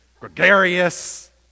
gregarious